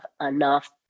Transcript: enough